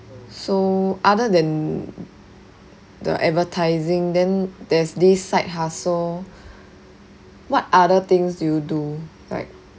so other than the advertising then there's this side hustle what other things do you do like